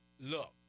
look